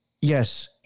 yes